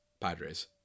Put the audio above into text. Padres